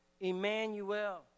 Emmanuel